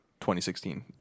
2016